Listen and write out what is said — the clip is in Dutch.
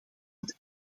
het